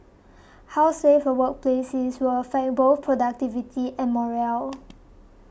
how safe a workplace is will affect both productivity and morale